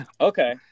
Okay